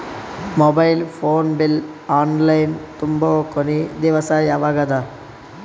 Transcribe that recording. Mobile phone bill online ತುಂಬೊ ಕೊನಿ ದಿವಸ ಯಾವಗದ?